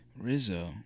Rizzo